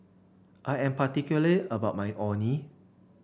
I am particular about my Orh Nee